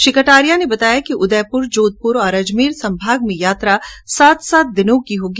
श्री कटारिया ने बताया कि उदयपुर जोधपुर और अजमेर संभाग में यात्रा सात सात दिनों की होगी